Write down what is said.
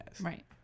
Right